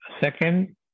Second